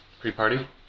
pre-party